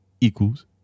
equals